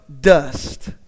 dust